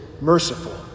merciful